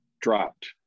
dropped